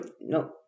no